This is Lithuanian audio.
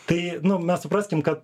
tai nu mes supraskim kad